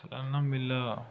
ਸਾਲਾਨਾ ਮੇਲਾ